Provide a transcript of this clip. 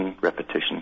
repetition